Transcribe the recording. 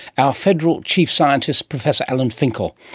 our federal chief scientist professor alan finkel.